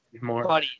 more